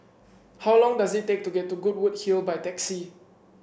how long does it take to get to Goodwood Hill by taxi